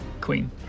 Queen